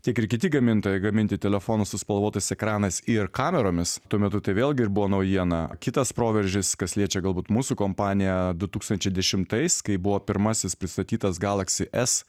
tiek ir kiti gamintojai gaminti telefonus su spalvotais ekranais ir kameromis tuo metu tai vėlgi ir buvo naujiena kitas proveržis kas liečia galbūt mūsų kompaniją du tūkstančiai dešimtais kai buvo pirmasis pristatytas galaxy s